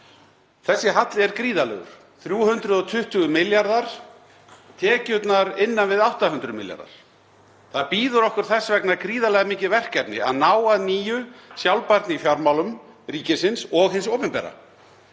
Þessi halli er gríðarlegur, 320 milljarðar, tekjurnar innan við 800 milljarðar. Það bíður okkar þess vegna gríðarlega mikið verkefni að ná að nýju sjálfbærni í fjármálum ríkisins og hins opinbera.